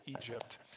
Egypt